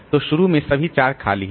तो शुरू में सभी 4 खाली हैं